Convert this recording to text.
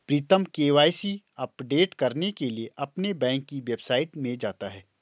प्रीतम KYC update करने के लिए अपने बैंक की वेबसाइट में जाता है